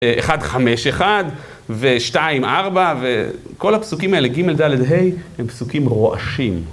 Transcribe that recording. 1, 5, 1, ו-2, 4, וכל הפסוקים האלה, ג', ד', ה', הם פסוקים רועשים.